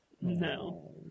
No